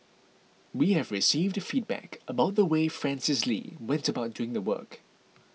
we have received feedback about the way Francis Lee went about doing the work